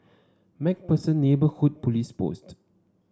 MacPherson Neighbourhood Police Post